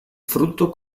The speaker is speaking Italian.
frutto